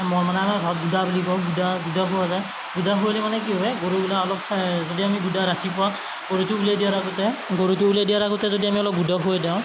মল মানে আমাৰ ঘৰত গুদা বুলি কওঁ গুদা গুদা খুওৱা যায় গুদা খুৱালে মানে কি হয় গৰুবিলাক অলপ যদি আমি গুদা ৰাতিপুৱা গৰুটো উলিয়াই দিয়াৰ আগতে গৰুটো উলিয়াই দিয়াৰ আগতে যদি আমি অলপ গুদা খুৱাই দিওঁ